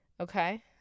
Okay